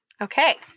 Okay